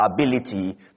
ability